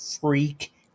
freak